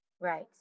right